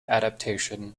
adaptation